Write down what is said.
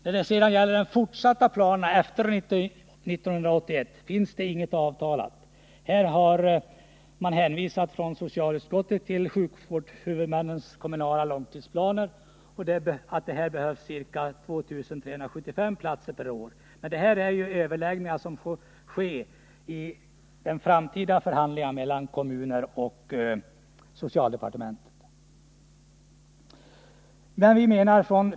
När det sedan gäller de fortsatta planerna efter 1981 finns det inget avtalat, utan här hänvisar socialutskottet till sjukvårdshuvudmännens kommunala långtidsplaner, som anger att det behövs ca 2375 platser per år. Här får förhandlingar ske i en framtid mellan kommunerna och socialdepartementet.